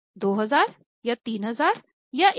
2000 या 3000 या 1000